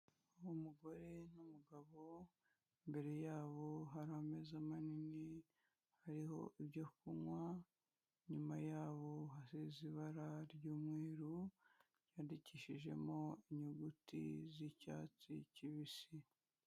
Aho umugore n'umugabo imbere yabo hari amezi manini, hariho ibyo kunywa, inyuma yabo hasize ibara ry'umweru ryandikishijemo inyuguti z'icyatsi kibisi.